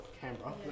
Canberra